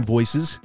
Voices